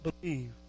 believe